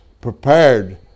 prepared